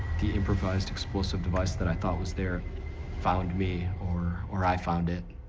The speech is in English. the improvised explosive device that i thought was there found me, or, or i found it.